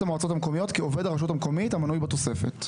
המועצות המקומיות כעובד הרשות המקומית המנוי בתוספת.